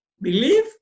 believe